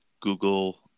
Google